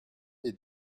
est